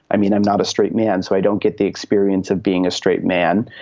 i mean, i'm not a straight man, so i don't get the experience of being a straight man.